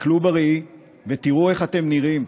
תסתכלו בראי ותראו איך אתם נראים,